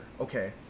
okay